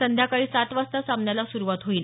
संध्याकाळी सात वाजता सामन्याला सुरुवात होईल